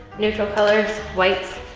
neutral colors, whites,